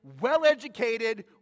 well-educated